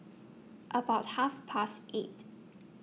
about Half Past eight